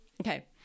Okay